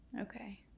Okay